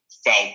Felt